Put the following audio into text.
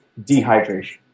dehydration